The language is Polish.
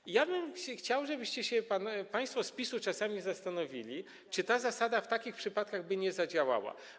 I ja bym chciał, żebyście się państwo z PiS-u czasami zastanowili, czy ta zasada w takich przypadkach by nie zadziałała.